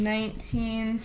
Nineteen